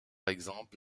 exemple